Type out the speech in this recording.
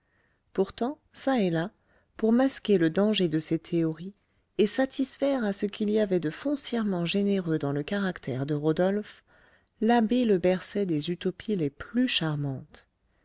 pourtant çà et là pour masquer le danger de ces théories et satisfaire à ce qu'il y avait de foncièrement généreux dans le caractère de rodolphe l'abbé le berçait des utopies les plus charmantes